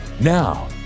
Now